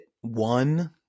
one